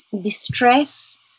distress